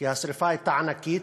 כי השרפה הייתה ענקית,